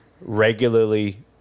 regularly